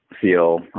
feel